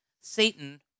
Satan